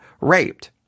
raped